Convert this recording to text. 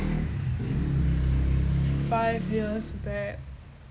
five years back